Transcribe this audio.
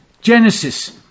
Genesis